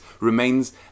remains